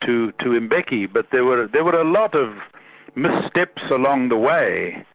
to to mbeke. but there were there were a lot of mis-steps along the way,